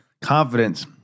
Confidence